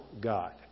God